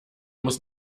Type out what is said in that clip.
muss